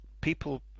People